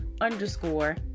underscore